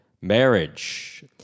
Marriage